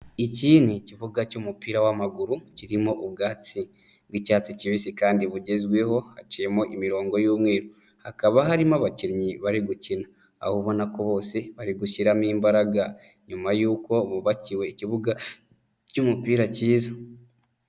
Iki ni ikibuga cy'umupira w'amaguru, kirimo ubwatsi bw'icyatsi kibisi kandi bugezweho, haciyemo imirongo y'umweru. Hakaba harimo abakinnyi bari gukina. Aho ubona ko bose bari gushyiramo imbaraga, nyuma y'uko bubakiwe ikibuga cy'umupira kiza.